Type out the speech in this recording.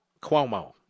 Cuomo